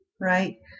right